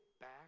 back